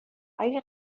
اگر